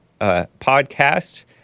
podcast